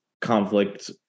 conflict